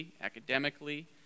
academically